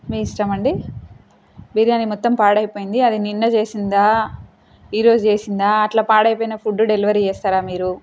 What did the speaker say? మీ ఇష్టం అండి బిర్యానీ మొత్తం పాడైపోయింది అది నిన్న చేసిందా ఈరోజు చేసిందా అలా పాడైపోయిన ఫుడ్ డెలివరీ చేస్తారా మీరు